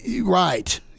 Right